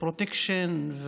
פרוטקשן,